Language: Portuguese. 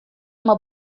uma